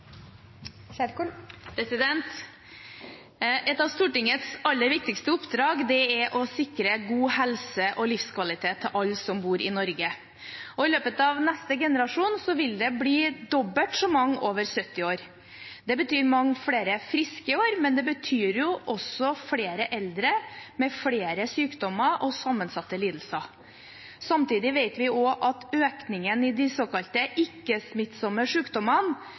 å sikre god helse og livskvalitet til alle som bor i Norge. I løpet av neste generasjon vil det bli dobbelt så mange over 70 år. Det betyr mange flere friske år, men det betyr også flere eldre med flere sykdommer og sammensatte lidelser. Samtidig vet vi også at økningen i de